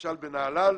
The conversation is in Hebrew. למשל בנהלל,